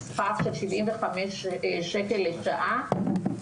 בשכר של 75 שקלים לשעה.